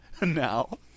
Now